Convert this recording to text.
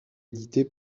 édité